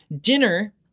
dinner